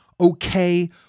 okay